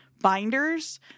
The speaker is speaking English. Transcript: binders